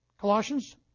Colossians